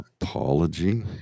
apology